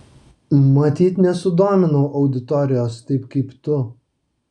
matyt nesudominau auditorijos taip kaip tu